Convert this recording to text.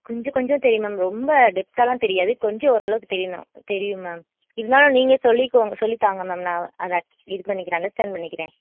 கொஞ்சம் கொஞ்சம் தெரியும் மேம் ரொம்ப டெப்தால்லாம் தெரியாது கொஞ்சம் ஓரளவுக்கு தெரியுந்தான் தெரியும் மேம் இருந்தாலும் நீங்கள் சொல்லிக்கோ சொல்லித்தாங்க மேம் நான் அதை இது பண்ணிக்கிறேன் அன்டர்ஸ்டேண்ட் பண்ணிக்கிறேன்